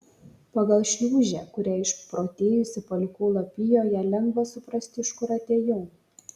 pagal šliūžę kurią išprotėjusi palikau lapijoje lengva suprasti iš kur atėjau